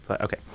okay